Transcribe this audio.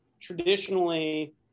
traditionally